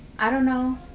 i don't know.